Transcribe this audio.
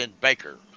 Baker